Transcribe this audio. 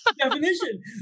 Definition